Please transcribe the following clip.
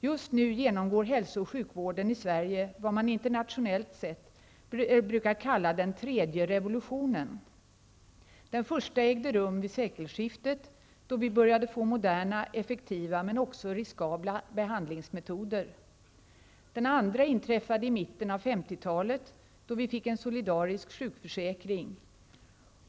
Just nu genomgår hälso och sjukvården i Sverige vad man internationellt brukar kalla den tredje revolutionen. Den första ägde rum vid sekelskiftet, då vi började få moderna, effektiva men också riskabla behandlingsmetoder. Den andra inträffade i mitten av 50-talet då vi fick en solidarisk sjukförsäkring.